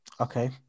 Okay